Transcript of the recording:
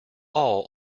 all